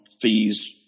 fees